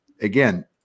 again